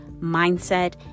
mindset